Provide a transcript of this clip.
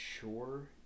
sure